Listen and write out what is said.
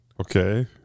Okay